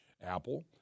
Apple